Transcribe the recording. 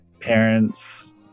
parents